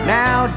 now